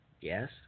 Yes